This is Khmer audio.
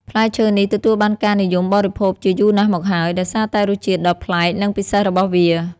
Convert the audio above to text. ផ្លែឈើនេះទទួលបានការនិយមបរិភោគជាយូរណាស់មកហើយ ដោយសារតែរសជាតិដ៏ប្លែក និងពិសេសរបស់វា។